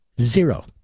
Zero